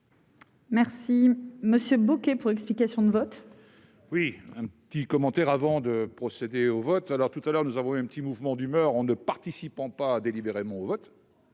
Merci monsieur Bocquet pour explication de vote. Oui, un petit commentaire avant de procéder au vote alors tout à l'heure, nous avons eu un petit mouvement d'humeur en ne participant pas délibérément au vote.